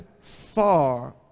far